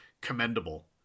commendable